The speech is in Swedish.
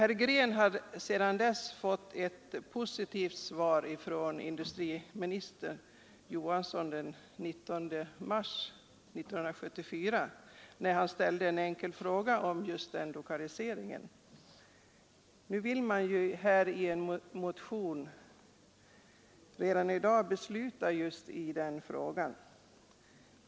Herr Green har sedan dess fått ett positivt svar från industriministern Johansson, den 19 mars 1974, på en enkel fråga om planeringen för ökad raffinaderikapacitet. Enligt en av de föreliggande motionerna vill man besluta redan i dag just i den frågan.